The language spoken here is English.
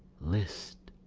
list,